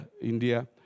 India